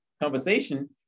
conversation